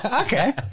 Okay